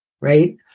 right